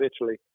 Italy